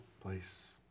place